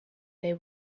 they